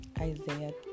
Isaiah